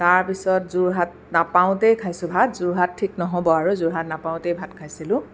তাৰপিছত যোৰহাট নাপাওঁতেই খাইছোঁ ভাত যোৰহাট ঠিক নহ'ব আৰু যোৰহাট নাপাওঁতেই ভাত খাইছিলোঁ